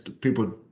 people